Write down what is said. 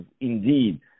indeed